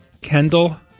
Kendall